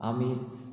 आमील